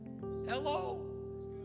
Hello